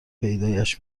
پیدایش